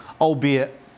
albeit